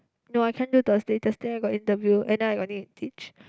no I can't do Thursday Thursday I got interview and then I got need to teach